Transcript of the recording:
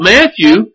Matthew